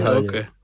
okay